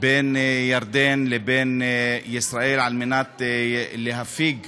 בין ירדן לבין ישראל על מנת להפיג